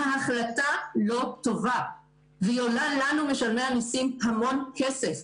ההחלטה לא טובה והיא עולה לנו משלמי המיסים המון כסף.